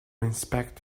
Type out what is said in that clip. inspect